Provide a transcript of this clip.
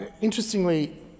Interestingly